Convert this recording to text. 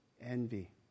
envy